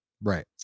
right